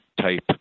type